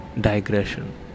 digression